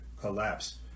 collapse